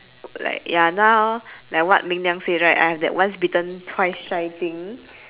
like ya now like what ming liang say right I have that once bitten twice shy thing